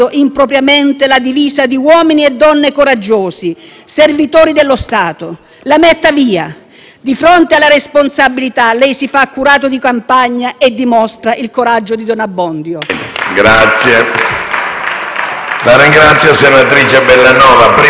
Di fronte alla responsabilità lei si fa curato di campagna e dimostra il coraggio di don Abbondio.